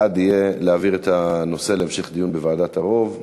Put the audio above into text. בעד יהיה בעד להעביר את הנושא להמשך דיון בוועדת ערו"ב,